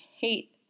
hate